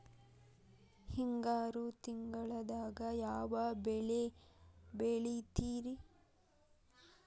ಹಿಂಗಾರು ತಿಂಗಳದಾಗ ಯಾವ ಬೆಳೆ ಬೆಳಿತಿರಿ?